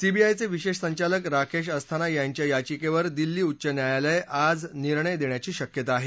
सीबीआयचे विशेष संचालक राकेश अस्थाना यांच्या याचिकेवर दिल्ली उच्च न्यायालय आज निर्णय देण्यीची शक्यता आहे